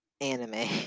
anime